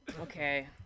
Okay